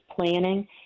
planning